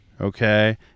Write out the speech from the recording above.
Okay